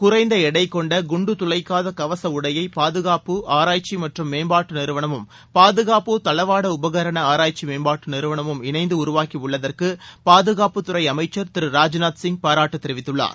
குறைந்த எடை கொண்ட குண்டு துளைக்காத கவச உடையை பாதுகாப்பு ஆராய்ச்சி மற்றும் மேம்பாட்டு நிறுவனமும் பாதுகாப்பு தளவாட உபகரண ஆராய்ச்சி மேம்பாட்டு நிறுவனமும் இணைந்து உருவாக்கி உள்ளதற்கு பாதுகாப்புத் துறை அமைச்சர் திரு ராஜ்நாத் சிங் பாராட்டு தெரிவித்துள்ளார்